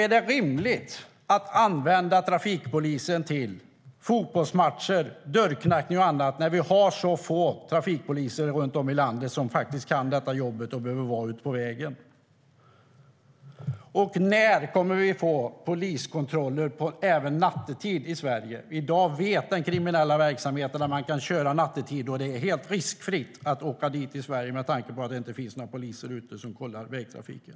Är det rimligt att använda trafikpolis till fotbollsmatcher, dörrknackning och annat när vi har så få trafikpoliser runt om i landet som kan detta jobb och när de behöver vara ute på vägen? När kommer vi att få poliskontroller även nattetid i Sverige? I dag vet den kriminella verksamheten att man nattetid kan köra helt riskfritt i Sverige, med tanke på att det inte finns några poliser ute som kollar vägtrafiken.